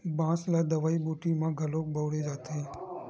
बांस ल दवई बूटी म घलोक बउरे जाथन